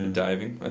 diving